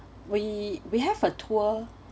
we we have a tour